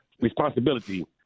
responsibility